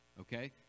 Okay